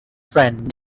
friend